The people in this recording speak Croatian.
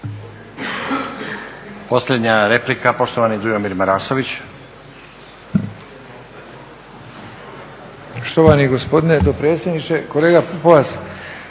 Posljednja replika, poštovani Dujomir Marasović.